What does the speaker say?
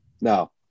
No